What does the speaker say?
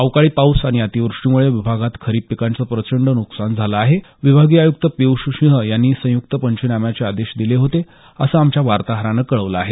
आवकाळी पाऊस आणि अतिव्रष्टीमुळे विभागात खरीप पिकांचे प्रचंड नुकसान झाले आहे विभागीय आयुक्त पियुष सिंह यांनी संयुक्त पंचनाम्याचे आदेश दिले होते असं आमच्या वार्ताहरानं कळवलं आहे